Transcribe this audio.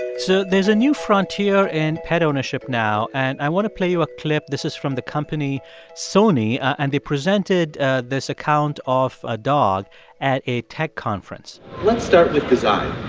so there's a new frontier in and pet ownership now, and i want to play you a clip. this is from the company sony, and they presented this account of a dog at a tech conference let's start with design.